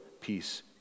peace